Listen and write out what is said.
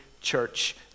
church